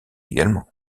également